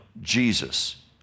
Jesus